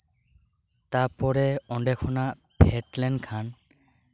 ᱛᱟᱨᱯᱚᱨᱮ ᱚᱸᱰᱮ ᱠᱷᱚᱱᱟᱜ ᱯᱷᱮᱰ ᱞᱮᱱᱠᱷᱟᱱ